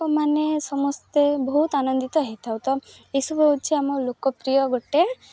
ଲୋକମାନେ ସମସ୍ତେ ବହୁତ ଆନନ୍ଦିତ ହେଇଥାଉ ତ ଏସବୁ ହେଉଛି ଆମ ଲୋକପ୍ରିୟ ଗୋଟିଏ